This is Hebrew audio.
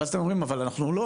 אבל אז אתם אומרים "אבל לא,